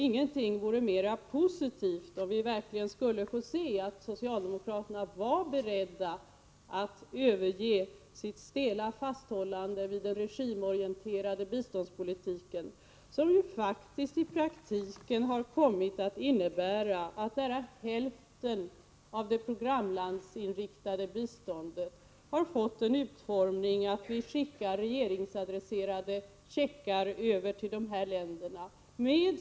Ingenting vore mer positivt än att få uppleva att socialdemokraterna verkligen var beredda att överge sitt stela fasthållande vid den regimorienterade biståndspolitiken, som ju i praktiken kommit att innebära att nära hälften av det programlandsinriktade biståndet har fått den utformningen att vi skickar regeringsadresserade checkar till de här länderna.